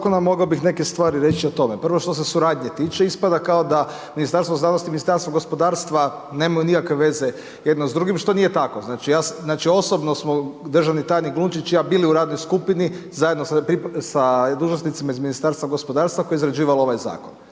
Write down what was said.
zakona mogao bih neke stvari reći o tome. Prvo što se suradnje tiče ispada kao da Ministarstvo znanosti i Ministarstvo gospodarstva nemaju nikakve veze jedno s drugim što nije tako. Znači, osobno smo državni tajnik Glunčić i ja bili u radnoj skupini zajedno sa dužnosnicima iz Ministarstva gospodarstva koje je izrađivalo ovaj zakon,